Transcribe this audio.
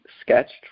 sketched